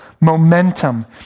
momentum